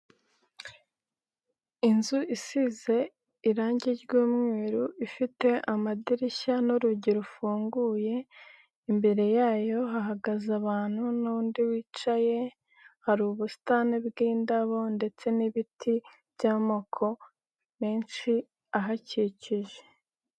Inzu isize irangi ry'umweru, ifite amadirishya n'urugi rufunguye, imbere yayo hahagaze abantu n'undi wicaye, hari ubusitani bw'indabo ndetse n'ibiti by'amoko menshi ahakikije.